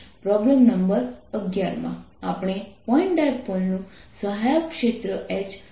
problem number 11 માં આપણે point ડાયપોલનું સહાયક ક્ષેત્ર H શોધીશું